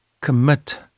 commit